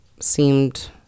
seemed